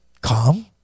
calm